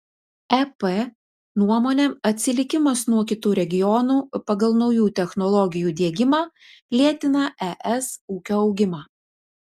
ep nuomone atsilikimas nuo kitų regionų pagal naujų technologijų diegimą lėtina es ūkio augimą